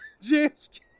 james